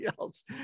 else